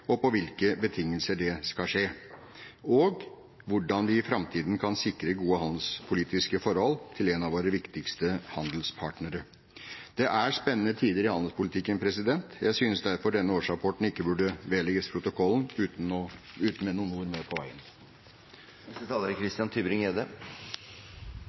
– på hvilke betingelser det skal skje, og hvordan vi i framtiden kan sikre gode handelspolitiske forhold til en av våre viktigste handelspartnere. Det er spennende tider i handelspolitikken. Jeg synes derfor denne årsrapporten ikke burde vedlegges protokollen uten noen ord med på veien. Det er